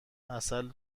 عسل